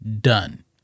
done